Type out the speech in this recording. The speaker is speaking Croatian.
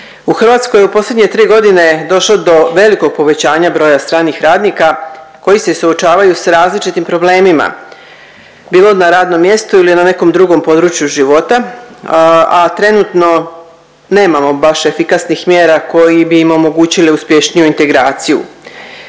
U Hrvatskoj je u posljednje tri godine došlo do velikog povećanja broja stranih radnika koji se suočavaju s različitim problemima, bilo na radnom mjestu ili na nekom drugom području života, a trenutno nemamo baš efikasnih mjera koji bi im omogućili uspješniju integraciju.